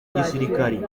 gisirikari